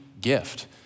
gift